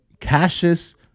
Cassius